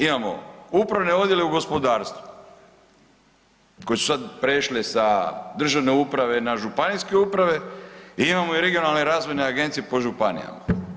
Imamo upravne odjele u gospodarstvu koje su sad prešle sa državne uprave na županijske uprave i imamo i regionalne razvojne agencije po županijama.